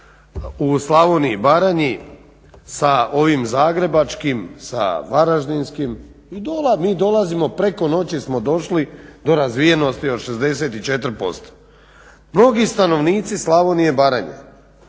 u Slavoniji i Baranji sa ovim zagrebačkim, sa varaždinskim mi dolazimo, preko noći smo došli do razvijenosti od 64%. Mnogi stanovnici Slavonije i Baranje